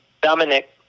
Dominic